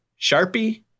Sharpie